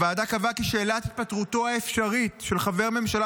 הוועדה קבעה כי 'שאלת התפטרותו האפשרית של חבר ממשלה